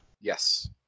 Yes